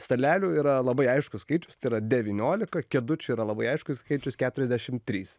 stalelių yra labai aiškus skaičius tai yra devyniolika kėdučių yra labai aiškus skaičius keturiasdešim trys